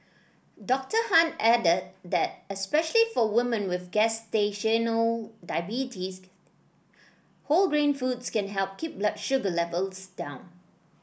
Doctor Han added that especially for women with gestational diabetes whole grain foods can help keep blood sugar levels down